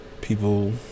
people